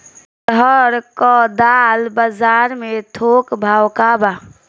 अरहर क दाल बजार में थोक भाव का बा?